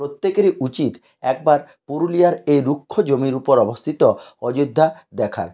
প্রত্যেকেরই উচিত একবার পুরুলিয়ার এই রুক্ষ জমির উপর অবস্থিত অযোধ্যা দেখার